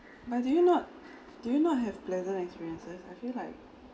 but do you not do you not have pleasant experiences I feel like